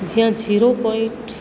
જ્યાં zero point